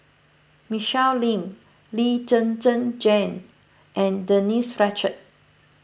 Michelle Lim Lee Zhen Zhen Jane and Denise Fletcher